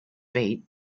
feet